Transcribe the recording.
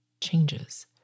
changes